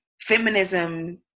feminism